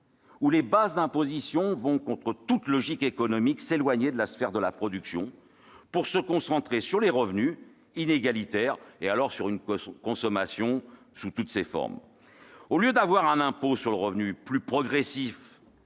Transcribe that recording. où les bases d'imposition vont, contre toute logique économique, s'éloigner de la sphère de la production pour se concentrer sur les revenus, inégalitaires, et la consommation sous toutes ses formes. En lieu et place d'un impôt sur le revenu plus progressif,